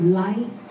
light